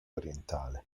orientale